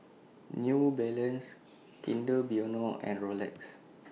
New Balance Kinder Bueno and Rolex